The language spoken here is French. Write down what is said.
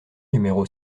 numéro